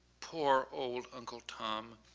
poor, old uncle tom.